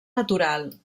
natural